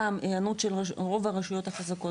גם היענות של רוב הרשויות החזקות,